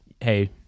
hey